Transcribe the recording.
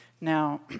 Now